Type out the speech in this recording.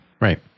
Right